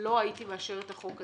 לא הייתי מאשרת את החוק הזה.